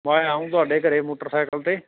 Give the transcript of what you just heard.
ਮੈਂ ਆਊਂ ਤੁਹਾਡੇ ਘਰ ਮੋਟਰਸਾਈਕਲ 'ਤੇ